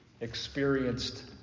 experienced